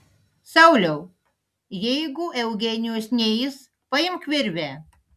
sauliau jeigu eugenijus neis paimk virvę